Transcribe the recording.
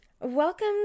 Welcome